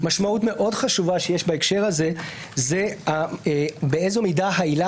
משמעות מאוד חשובה שיש בהקשר הזה היא באיזו מידה העילה